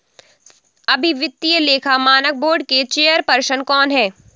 अभी वित्तीय लेखा मानक बोर्ड के चेयरपर्सन कौन हैं?